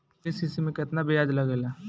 KCC में केतना ब्याज लगेला?